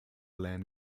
land